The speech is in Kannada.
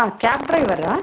ಹಾಂ ಕ್ಯಾಬ್ ಡ್ರೈವರಾ